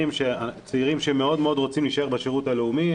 של צעירים שמאוד מאוד רוצים להישאר בשירות הלאומי,